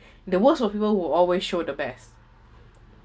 the worst of people will always show the best